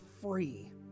free